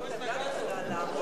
הצבעתי נגד.